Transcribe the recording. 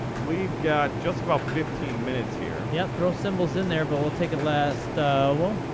we've got just about fifteen minutes here. yeah, throw symbols in there. but we'll take a last well,